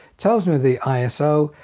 tells me the iso,